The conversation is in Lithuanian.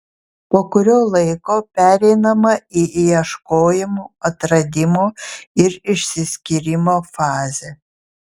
po kurio laiko pereinama į ieškojimo atradimo ir išsiskyrimo fazę